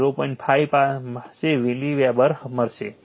5 પાસે મિલિવેબર મળશે